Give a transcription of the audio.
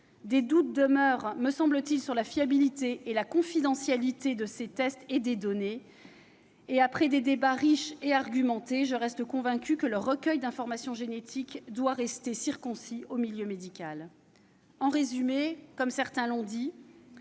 Des doutes demeurent, me semble-t-il, sur la fiabilité et la confidentialité de ces tests et des données récoltées. Après les débats, qui ont été riches et argumentés, je reste convaincue que le recueil d'informations génétiques doit rester circonscrit au milieu médical. En résumé, comme l'ont dit